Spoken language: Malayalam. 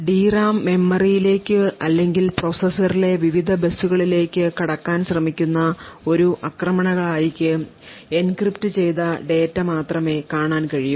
ഡി റാം മെമ്മറിയിലേക്ക് അല്ലെങ്കിൽ പ്രോസസ്സറിലെ വിവിധ ബസുകളിലേക്ക് കടക്കാൻ ശ്രമിക്കുന്ന ഒരു ആക്രമണകാരിക്ക് എൻക്രിപ്റ്റ് ചെയ്ത ഡാറ്റ മാത്രമേ കാണാൻ കഴിയൂ